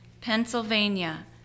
Pennsylvania